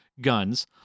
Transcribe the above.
guns